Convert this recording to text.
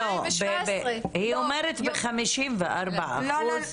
היא אומרת ב-54 אחוז.